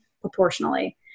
proportionally